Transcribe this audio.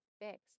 fixed